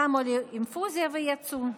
שמו לי אינפוזיה ויצאו.